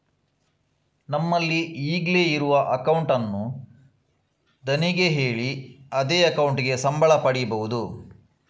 ನಮ್ಮಲ್ಲಿ ಈಗ್ಲೇ ಇರುವ ಅಕೌಂಟ್ ಅನ್ನು ಧಣಿಗೆ ಹೇಳಿ ಅದೇ ಅಕೌಂಟಿಗೆ ಸಂಬಳ ಪಡೀಬಹುದು